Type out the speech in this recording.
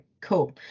Cool